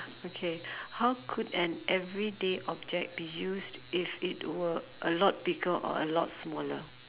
okay how could an everyday object be used if it were a lot bigger or a lot smaller